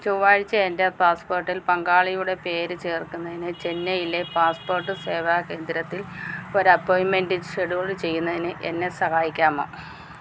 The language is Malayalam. ചൊവ്വാഴ്ച്ച എൻ്റെ പാസ്പോർട്ടിൽ പങ്കാളിയുടെ പേര് ചേർക്കുന്നേന് ചെന്നൈയിലെ പാസ്പോർട്ട് സേവാ കേന്ദ്രത്തിൽ ഒരു അപ്പോയ്ന്റ്മെന്റ് ഷെഡ്യൂള് ചെയ്യുന്നതിന് എന്നെ സഹായിക്കാമോ